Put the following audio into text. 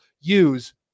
use